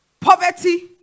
poverty